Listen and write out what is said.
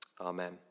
Amen